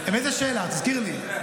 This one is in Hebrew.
איזו שאלה, תזכיר לי?